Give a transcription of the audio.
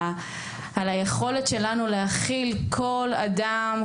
על היכולת שלנו להכיל כל אדם,